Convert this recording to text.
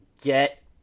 get